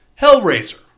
Hellraiser